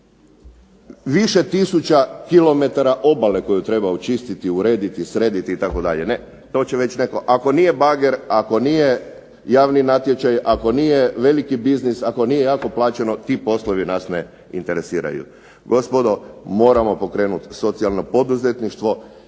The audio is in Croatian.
više tisuća kilometara obale koju treba očistiti, urediti, srediti, itd. Ne. To će već netko, ako nije bager, ako nije javni natječaj, ako nije veliki biznis, ako nije jako plaćeno, ti poslovi nas ne interesiraju. Gospodo moramo pokrenuti socijalno poduzetništvo,